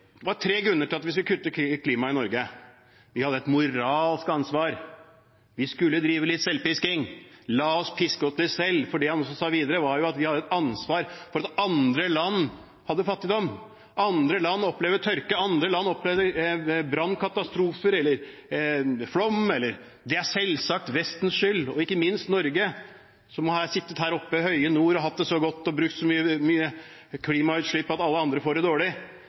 Det var tre grunner til at vi skulle kutte klimagassutslipp i Norge: Vi hadde et moralsk ansvar. Vi skulle drive litt selvpisking, la oss piske oss selv litt. For det han sa videre, var at vi hadde et ansvar for at andre land hadde fattigdom, at andre land opplevde tørke, at andre land opplevde brannkatastrofer eller flom. Det er selvsagt Vestens skyld, og ikke minst Norges, som har sittet her oppe i høye nord og hatt det så godt, og sluppet ut så mye klimagasser at alle andre får det dårlig.